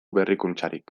berrikuntzarik